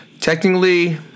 technically